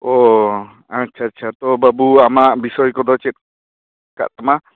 ᱚᱸᱻ ᱟᱪᱪᱷᱟ ᱟᱪᱪᱷᱟ ᱛᱚ ᱵᱟᱹᱵᱩ ᱟᱢᱟᱜ ᱵᱤᱥᱚᱭ ᱠᱚᱫᱚ ᱪᱮᱫ ᱢᱮᱱᱟᱠᱟᱜ ᱛᱟᱢᱟ